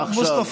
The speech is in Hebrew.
עכשיו.